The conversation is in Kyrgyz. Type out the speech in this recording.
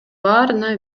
баарына